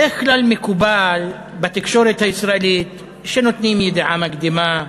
בדרך כלל מקובל בתקשורת הישראלית שנותנים ידיעה מקדימה,